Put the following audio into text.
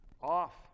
off